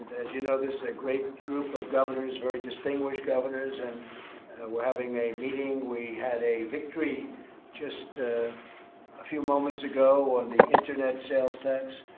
as you know, this is a great group of governors, very distinguished governors. and we're having a meeting. we had a victory just a few moments ago on the internet sales tax.